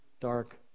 dark